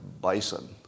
bison